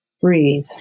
Breathe